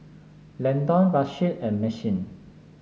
Landon Rasheed and Maxine